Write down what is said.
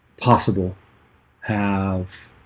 possible have